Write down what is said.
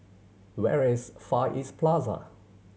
where is Far East Plaza